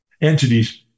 entities